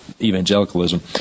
evangelicalism